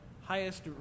highest